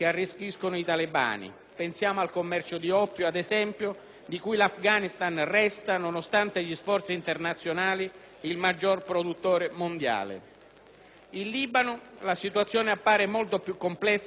esempio, al commercio di oppio, di cui l'Afghanistan resta, nonostante gli sforzi internazionali, il maggior produttore mondiale. In Libano la situazione appare molto più complessa sotto il profilo politico.